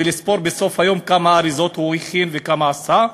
ולספור בסוף היום כמה אריזות הוא הכין וכמה עשה,